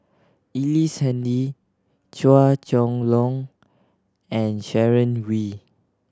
Ellice Handy Chua Chong Long and Sharon Wee